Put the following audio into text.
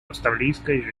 австралийской